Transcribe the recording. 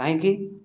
କାହିଁକି